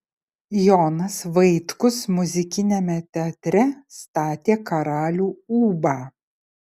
jonas vaitkus muzikiniame teatre statė karalių ūbą